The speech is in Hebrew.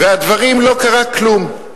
והדברים, לא קרה כלום.